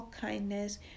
kindness